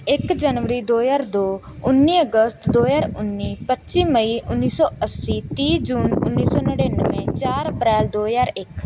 ਇੱਕ ਜਨਵਰੀ ਦੋ ਹਜ਼ਾਰ ਦੋ ਉੱਨੀ ਅਗਸਤ ਦੋ ਹਜ਼ਾਰ ਉੱਨੀ ਪੱਚੀ ਮਈ ਉੱਨੀ ਸੌ ਅੱਸੀ ਤੀਹ ਜੂਨ ਉੱਨੀ ਸੌ ਨੜ੍ਹਿਨਵੇਂ ਚਾਰ ਅਪ੍ਰੈਲ ਦੋ ਹਜ਼ਾਰ ਇੱਕ